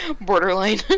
borderline